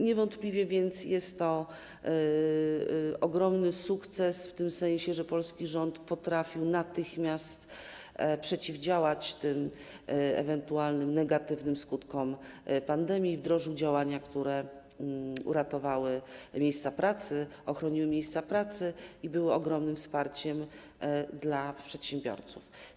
Niewątpliwie więc jest to ogromny sukces w tym sensie, że polski rząd potrafił natychmiast przeciwdziałać ewentualnym negatywnym skutkom pandemii i wdrożył działania, które uratowały miejsca pracy, ochroniły miejsca pracy i były ogromnym wsparciem dla przedsiębiorców.